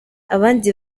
abandi